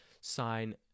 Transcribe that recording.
sign